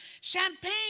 champagne